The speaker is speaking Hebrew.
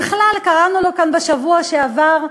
בכלל, קראנו לו כאן בשבוע שעבר: